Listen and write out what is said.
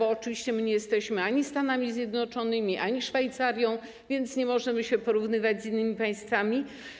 Oczywiście nie jesteśmy ani Stanami Zjednoczonymi, ani Szwajcarią, więc nie możemy się porównywać z innymi państwami.